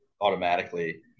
automatically